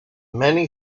many